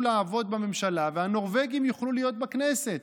לעבוד בממשלה והנורבגים יוכלו להיות בכנסת,